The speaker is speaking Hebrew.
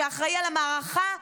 שאחראי על המערכה,